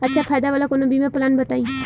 अच्छा फायदा वाला कवनो बीमा पलान बताईं?